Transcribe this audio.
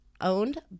owned